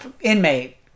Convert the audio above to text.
inmate